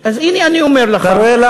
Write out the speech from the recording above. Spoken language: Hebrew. זה מה